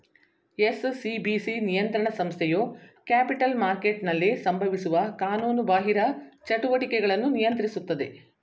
SCBC ನಿಯಂತ್ರಣ ಸಂಸ್ಥೆಯು capital ಮಾರ್ಕೆಟ್ನಲ್ಲಿ ಸಂಭವಿಸುವ ಕಾನೂನುಬಾಹಿರ ಚಟುವಟಿಕೆಗಳನ್ನು ನಿಯಂತ್ರಿಸುತ್ತದೆ